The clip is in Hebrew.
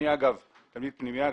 אגב, אני תלמיד פנימייה.